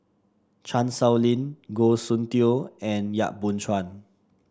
Chan Sow Lin Goh Soon Tioe and Yap Boon Chuan